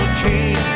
king